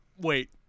Wait